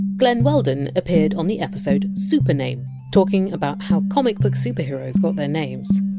glen weldon appeared on the episode supername, talking about how comic book superheroes got their names,